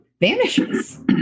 vanishes